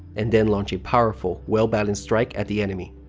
and then launch a powerful, well-balanced strike at the enemy.